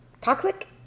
Toxic